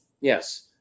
Yes